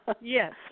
Yes